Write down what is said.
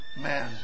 man